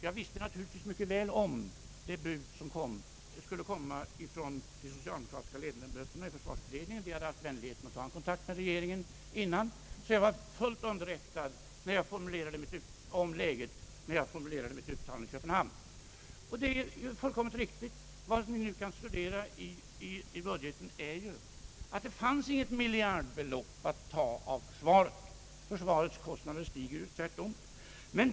Jag visste då mycket väl om det bud som skulle komma från de socialdemokratiska ledamöterna i försvarsutredningen — de hade varit vänliga att dessförinnan ta kontakt med regeringen. Jag var därför fullt underrättad om läget när jag formulerade mitt uttalande i Köpenhamn. Uttalandet är fullständigt riktigt. Vad vi nu kan studera i budgeten är att det inte finns något miljardbelopp att ta av försvaret — tvärtom stiger ju försvarets kostnader.